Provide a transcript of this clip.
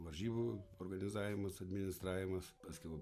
varžybų organizavimas administravimas paskiau